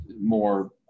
more